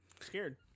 Scared